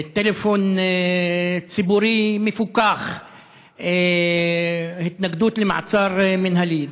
טלפון ציבורי מפוקח, התנגדות למעצר מינהלי.